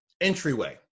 entryway